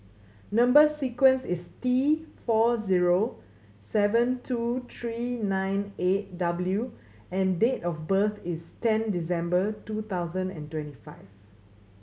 number sequence is T four zero seven two three nine eight W and date of birth is ten December two thousand and twenty five